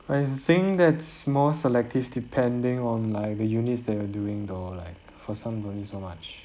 I think that's more selective depending on like the units that you are doing though like for some don't need so much